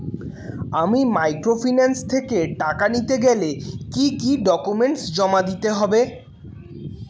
আমি মাইক্রোফিন্যান্স থেকে টাকা নিতে গেলে কি কি ডকুমেন্টস জমা দিতে হবে?